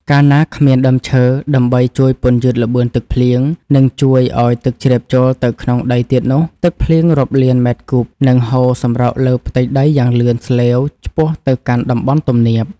កាលណាគ្មានដើមឈើដើម្បីជួយពន្យឺតល្បឿនទឹកភ្លៀង និងជួយឱ្យទឹកជ្រាបចូលទៅក្នុងដីទៀតនោះ ទឹកភ្លៀងរាប់លានម៉ែត្រគូបនឹងហូរសម្រុកលើផ្ទៃដីយ៉ាងលឿនស្លេវឆ្ពោះទៅកាន់តំបន់ទំនាប។